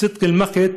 סודקי אלמקת,